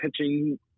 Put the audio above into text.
pitching